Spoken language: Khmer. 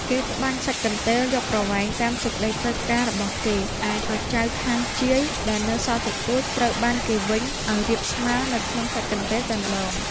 គេត្បាញសាច់កន្ទេលយកប្រវែងតាមសេចក្តីត្រូវការរបស់គេ ឯក្រចៅខាងជាយ ដែលនៅសល់តិចតួច ត្រូវបានគេវេញអោយរាបស្មើនៅក្នុងសាច់កន្ទេលតែម្តង ។